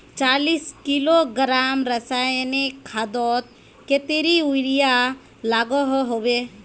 चालीस किलोग्राम रासायनिक खादोत कतेरी यूरिया लागोहो होबे?